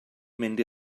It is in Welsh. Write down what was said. mynd